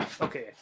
Okay